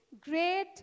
great